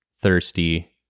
thirsty